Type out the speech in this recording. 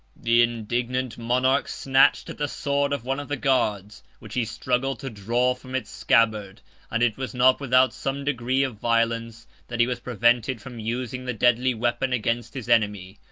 the indignant monarch snatched at the sword of one of the guards, which he struggled to draw from its scabbard and it was not without some degree of violence that he was prevented from using the deadly weapon against his enemy,